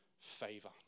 favor